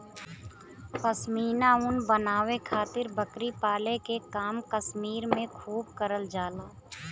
पश्मीना ऊन बनावे खातिर बकरी पाले के काम कश्मीर में खूब करल जाला